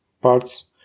parts